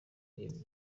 ibi